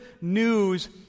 news